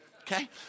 Okay